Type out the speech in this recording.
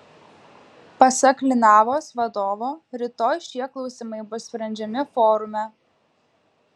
pasak linavos vadovo rytoj šie klausimai bus sprendžiami forume